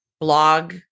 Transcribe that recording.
blog